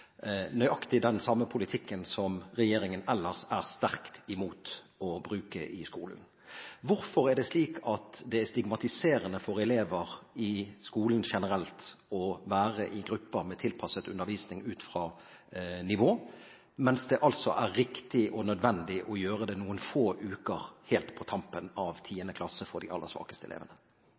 nøyaktig den samme politikken som regjeringen ellers er sterkt imot å bruke i skolen. Hvorfor er det stigmatiserende for elever i skolen generelt å være i grupper med tilpasset undervisning ut fra nivå, mens det er riktig og nødvendig å gjøre det noen få uker helt på tampen av 10. klasse for de aller svakeste elevene?